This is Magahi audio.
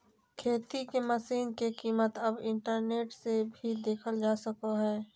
खेती के मशीन के कीमत अब इंटरनेट से भी देखल जा सको हय